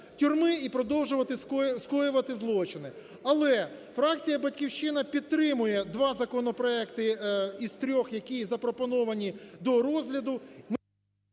тюрми і продовжувати скоювати злочини. Але фракція "Батьківщина" підтримує 2 законопроекти із 3, які запропоновані до розгляду…